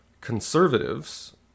conservatives